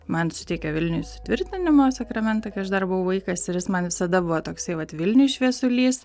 man suteikė vilniuj sutvirtinimo sakramentą kai aš dar buvau vaikas ir jis man visada buvo toksai vat vilniuj šviesulys